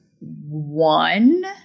one